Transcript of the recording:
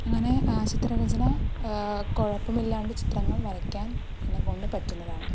അങ്ങനെ ചിത്രരചന കുഴപ്പമില്ലാണ്ട് ചിത്രങ്ങൾ വരയ്ക്കാൻ എന്നെക്കൊണ്ട് പറ്റുന്നതാണ്